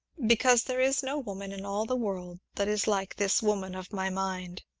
because there is no woman in all the world that is like this woman of my mind.